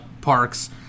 parks